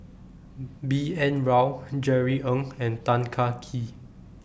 B N Rao Jerry Ng and Tan Kah Kee